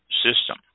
system